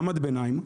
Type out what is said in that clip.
מעמד ביניים.